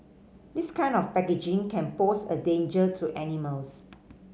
this kind of packaging can pose a danger to animals